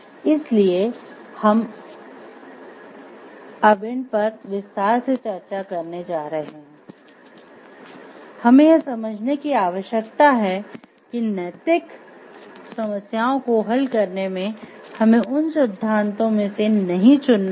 इसलिए हम अब इन पर विस्तार से चर्चा करने जा रहे हैं हमें यह समझने की आवश्यकता है कि नैतिक समस्याओं को हल करने में हमें उन सिद्धांतों में से नहीं चुनना है